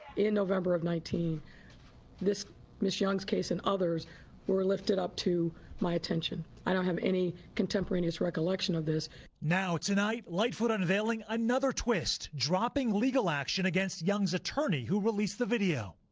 in november of nineteen this ms. young's case and others were lifted up to my attention. i don't have any contemporaneou recollection of this. reporter now tonight lightfoot unveiling another twist, dropping legal action against young's attorney who released the video.